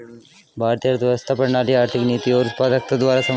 भारतीय अर्थव्यवस्था प्रणाली आर्थिक नीति और उत्पादकता द्वारा समर्थित हैं